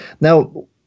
Now